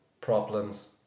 problems